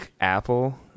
Apple